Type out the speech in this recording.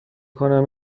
کنم